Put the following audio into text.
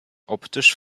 optisch